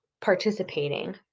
participating